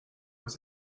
was